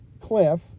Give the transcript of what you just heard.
cliff